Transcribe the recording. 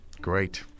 great